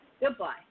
Goodbye